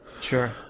Sure